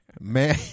man